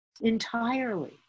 entirely